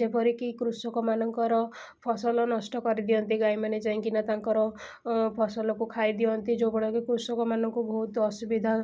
ଯେପରିକି କୃଷକମାନଙ୍କର ଫସଲ ନଷ୍ଟ କରିଦିଅନ୍ତି ଗାଈମାନେ ଯାଇଁକିନା ତାଙ୍କର ଫସଲକୁ ଖାଇ ଦିଅନ୍ତି ଯେଉଁଗୁଡ଼ାକ କି କୃଷକମାନଙ୍କୁ ବହୁତ ଅସୁବିଧା